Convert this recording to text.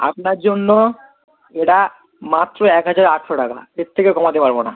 আপনার জন্য এটা মাত্র এক হাজার আটশো টাকা এর থেকে কমাতে পারবো না